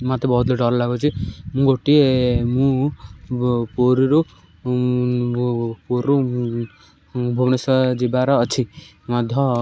ମୋତେ ବହୁତ ଡର ଲାଗୁଛି ମୁଁ ଗୋଟିଏ ମୁଁ ପୁରୀରୁ ପୁରୀରୁ ଭୁବନେଶ୍ୱର ଯିବାର ଅଛି ମଧ୍ୟ